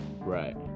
Right